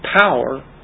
Power